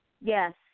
Yes